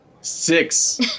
six